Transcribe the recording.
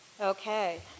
Okay